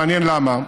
מעניין למה,